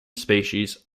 species